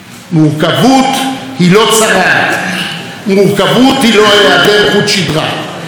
מורכבות היא לא היעדר חוט שדרה והיא גם לא היעדר עמדה ברורה.